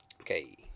Okay